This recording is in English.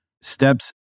steps